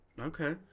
Okay